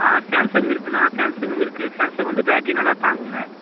ஆ Samsung இருக்குண்ணா சாம்சங்கும் இருக்குது சாம்சங் வந்து பேட்ரி நல்லா தாங்குங்க